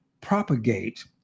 propagate